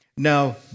Now